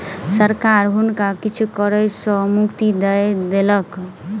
सरकार हुनका किछ कर सॅ मुक्ति दय देलक